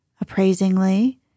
Appraisingly